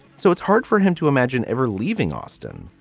so it's hard for him to imagine ever leaving austin,